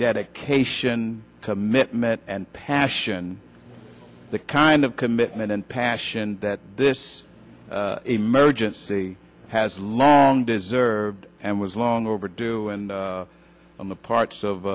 dedication commitment and passion the kind of commitment and passion that this emergency has long deserved and was long overdue and on the parts